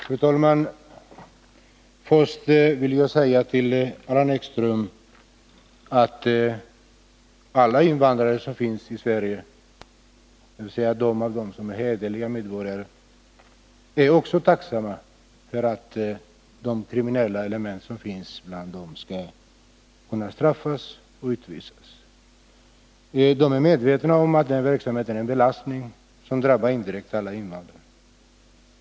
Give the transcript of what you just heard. Fru talman! Först vill jag säga till Allan Ekström att alla invandrare som finnsi Sverige, dvs. de som är hederliga medborgare, också är tacksamma för att de kriminella elementen bland dem straffas och utvisas. De är medvetna om att denna verksamhet är en belastning som indirekt drabbar alla invandrare.